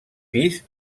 pis